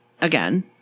again